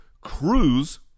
Cruz